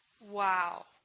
Wow